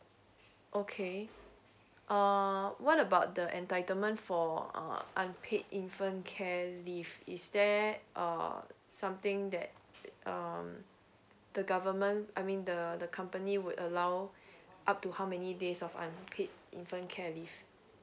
okay uh what about the entitlement for uh unpaid infant care leave is there uh something that um the government I mean the the company would allow up to how many days of unpaid infant care leave